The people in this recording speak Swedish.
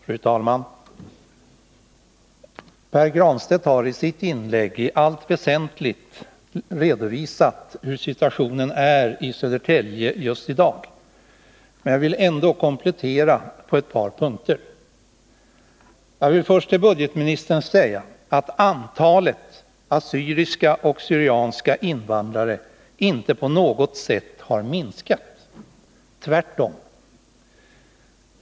Fru talman! Pär Granstedt har i sitt inlägg i allt väsentligt redogjort för situationen i Södertälje i dag. Jag vill bara komplettera det på ett par punkter. Jag vill först till budgetministern säga att antalet assyriska och syrianska invandrare inte på något sätt har minskat. Tvärtom.